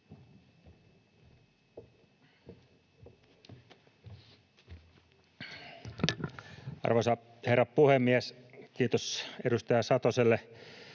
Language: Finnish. Arvoisa herra puhemies! Kiitos edustaja Satoselle